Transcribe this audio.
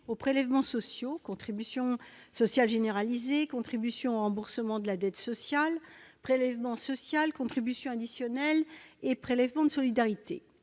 aux prélèvements sociaux : contribution sociale généralisée, contribution au remboursement de la dette sociale, prélèvement social, contribution additionnelle et prélèvement de solidarité.